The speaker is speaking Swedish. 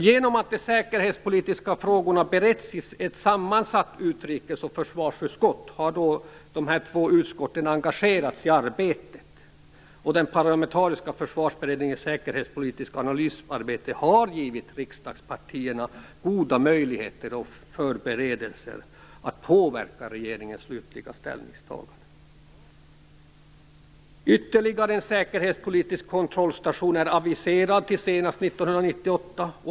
Genom att de säkerhetspolitiska frågorna beretts i ett sammansatt utrikes och försvarsutskott har de här två utskotten engagerats i arbetet. Den parlamentariska försvarsberedningens säkerhetspolitiska analysarbete har givit riksdagspartierna goda möjligheter till förberedelser och att påverka regeringens slutliga ställningstaganden. Ytterligare en säkerhetspolitisk kontrollstation är aviserad till senast 1998.